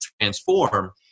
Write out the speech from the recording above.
transform